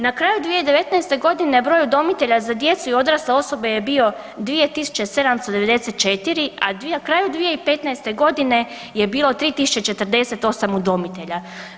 Na kraju 2019.g. broj udomitelja za djecu i odrasle osobe je bio 2.794, a na kraju 2015.g. je bilo 3.048 udomitelja.